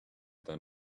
than